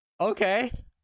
Okay